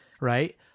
Right